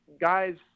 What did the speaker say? guys